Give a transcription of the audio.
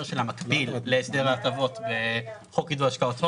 שלה מקביל להסדר ההטבות בחוק עידוד השקעות,